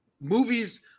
movies –